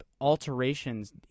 alterations